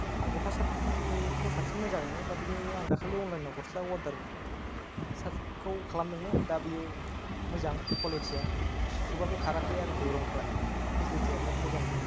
आं गस्ला सार्टनिखौ साबसिन मोजां मोनो दा बिनिनो आं दाखालि अनलाइनाव गस्ला अर्डार सार्टखौ खालामदोंमोन दा बेयो मोजां कुवालिटिया सुबाबो खाराखै आरोखि रंफोरा फेसिलिटिया बिराद मोजाङानोमोन